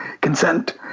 consent